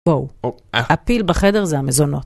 וואו, הפיל בחדר זה המזונות